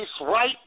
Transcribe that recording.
right